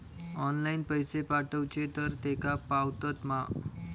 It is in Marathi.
ऑनलाइन पैसे पाठवचे तर तेका पावतत मा?